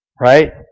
Right